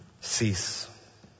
cease